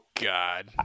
god